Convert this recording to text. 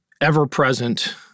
ever-present